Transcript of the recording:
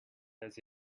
does